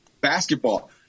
basketball